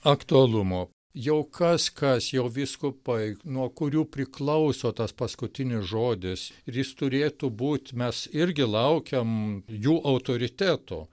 aktualumo jau kas kas jau vyskupai nuo kurių priklauso tas paskutinis žodis ir jis turėtų būt mes irgi laukiam jų autoriteto